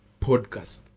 podcast